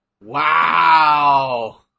Wow